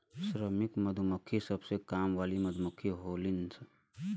श्रमिक मधुमक्खी सबसे काम वाली मधुमक्खी होलीन